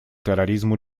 терроризму